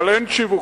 אבל אין שיווקים.